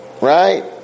right